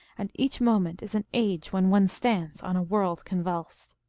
and each moment is an age when one stands on a world convulsed.